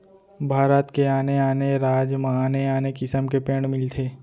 भारत के आने आने राज म आने आने किसम के पेड़ मिलथे